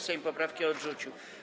Sejm poprawki odrzucił.